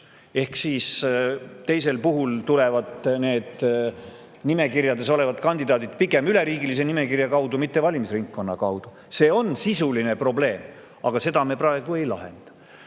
Ehk siis teisel puhul tulevad nimekirjades olevad kandidaadid pigem üleriigilise nimekirja kaudu, mitte valimisringkonna kaudu. See on sisuline probleem, aga seda me praegu ei lahenda. Või